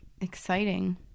Exciting